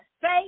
faith